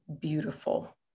beautiful